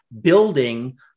building